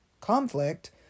conflict